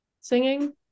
singing